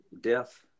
death